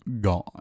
gone